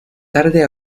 tarde